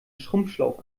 schrumpfschlauch